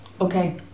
Okay